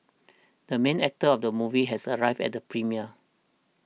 the main actor of the movie has arrived at the premiere